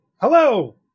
Hello